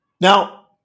Now